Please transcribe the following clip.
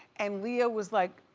and leo was like,